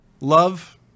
love